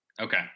okay